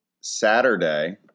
Saturday